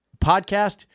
podcast